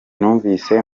numvise